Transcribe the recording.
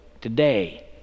today